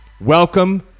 Welcome